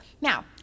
Now